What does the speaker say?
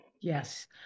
yes